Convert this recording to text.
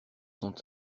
sont